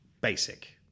Basic